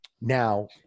Now